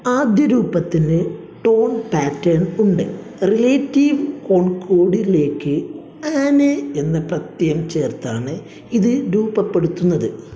ആദ്യ രൂപത്തിന് tone pattern ഉണ്ട് റിലേറ്റീവ് കോൺകോർഡിലേക്ക് ആനെ എന്ന പത്ത്യം ചേർത്താണ് ഇത് രൂപപ്പെടുത്തുന്നത്